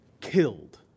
killed